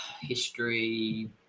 history